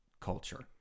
culture